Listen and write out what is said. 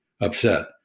upset